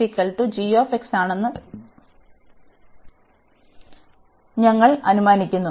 ഈ ആണെന്ന് ഞങ്ങൾ അനുമാനിക്കുന്നു